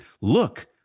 Look